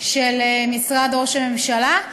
של משרד ראש הממשלה,